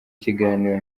kiganiro